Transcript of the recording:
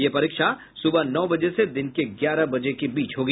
यह परीक्षा सुबह नौ बजे से दिन के ग्यारह बजे के बीच होगी